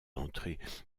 entrées